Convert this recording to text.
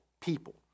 people